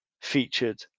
featured